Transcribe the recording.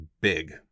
big